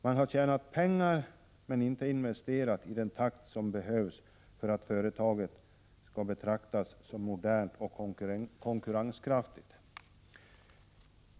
De har tjänat pengar men inte investerat i den takt som behövts för att företaget skulle betraktas som modernt och konkurrenskraftigt.